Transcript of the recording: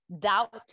doubt